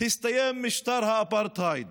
למה אתה צריך להדגיש את המעמד העדיף